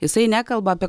jisai nekalba apie